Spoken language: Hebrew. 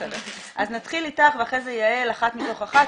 אז נתחיל איתך, ואחרי זה יעל מאחת מתוך אחת.